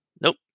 Nope